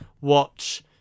watch